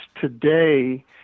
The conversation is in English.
today